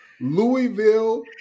Louisville